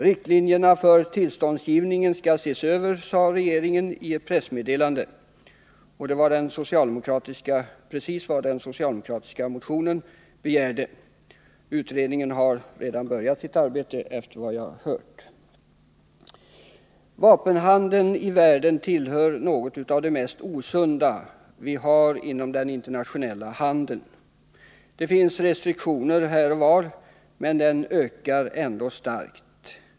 Riktlinjerna för tillståndsgivningen skall ses över, sade regeringen i ett pressmeddelande. Det var precis vad den socialdemokratiska motionen begärde. Utredningen har redan, enligt vad jag har hört, påbörjat sitt arbete. Vapenhandeln i världen är något av det mest osunda vi har inom den internationella handeln. Det finns restriktioner här och var, men vapenhandeln ökar ändå starkt.